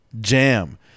jam